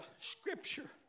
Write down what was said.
scripture